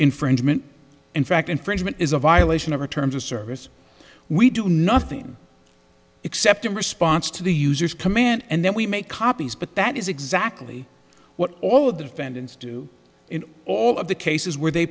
infringement in fact infringement is a violation of our terms of service we do nothing except in response to the users command and then we make copies but that is exactly what all of the defendants do in all of the cases where they